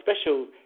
special